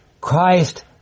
Christ